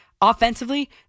offensively